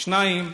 דבר שני,